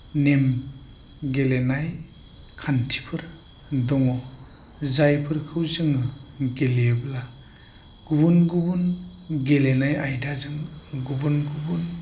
नेम गेलेनाय खान्थिफोर दङ जायफोरखौ जोङो गेलेयोब्ला गुबुन गुबुन गेलेनाय आयदाजों गुबुन गुबुन